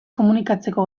komunikatzeko